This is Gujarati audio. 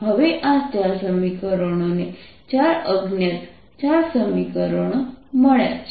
હવે આ સમીકરણોને ચાર અજ્ઞાત ચાર સમીકરણો મળ્યાં છે